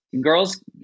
Girls